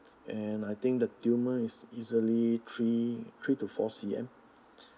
and I think the tumour is easily three three to four C_M